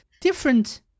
different